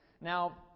Now